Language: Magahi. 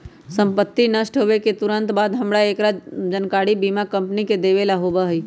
संपत्ति नष्ट होवे के तुरंत बाद हमरा एकरा जानकारी बीमा कंपनी के देवे ला होबा हई